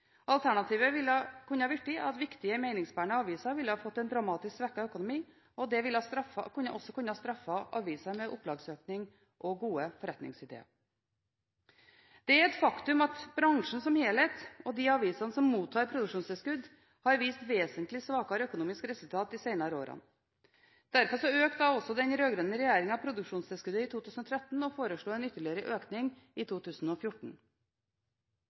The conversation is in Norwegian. Alternativet ville kunne blitt at viktige, meningsbærende aviser ville fått en dramatisk svekket økonomi, og det ville også kunnet straffet aviser med opplagsøkning og gode forretningsideer. Det er et faktum at bransjen som helhet og de avisene som mottar produksjonstilskudd, har vist vesentlig svakere økonomiske resultater de senere årene. Derfor økte den rød-grønne regjeringen produksjonstilskuddet i 2013 og foreslo en ytterligere økning i 2014.